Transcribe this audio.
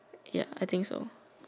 ya I think so